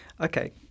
Okay